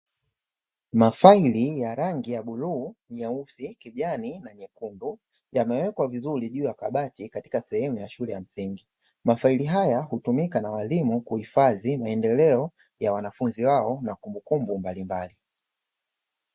Mafaili ya rangi ya buluu, nyeusi, kijani na nyekundu yamewekwa vizuri juu ya kabati katika sehemu ya shule ya msingi, mafaili haya hutumika na walimu kuhifadhi maendeleo ya wanafunzi wao na kumbukumbu mbalimbali.